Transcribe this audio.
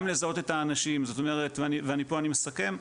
גם לזהות את האנשים ופה אני מסכם,